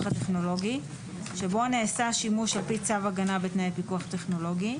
הטכנולוגי שבו נעשה שימוש על פי צו הגנה בתנאי פיקוח טכנולוגי.